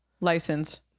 License